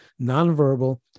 nonverbal